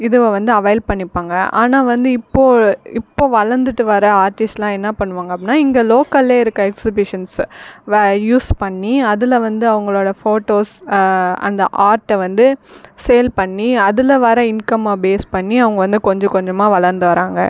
இதுவ வந்து அவைள் பண்ணிப்பாங்க ஆனால் வந்து இப்போது இப்போது வளர்ந்துட்டு வர ஆர்ட்டிஸ்ட்லாம் என்ன பண்ணுவாங்க அப்படின்னா இங்கே லோக்கலே இருக்க எக்ஸிபிஷன்ஸ் வ யூஸ் பண்ணி அதில் வந்து அவங்களோட ஃபோட்டோஸ் அந்த ஆர்ட்ட வந்து சேல் பண்ணி அதில் வர இன்கம்மை பேஸ் பண்ணி அவங்க வந்து கொஞ்ச கொஞ்சமாக வளர்ந்து வராங்கள்